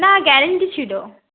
না গ্যারেন্টি ছিলো